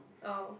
oh